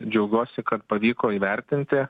džiaugiuosi kad pavyko įvertinti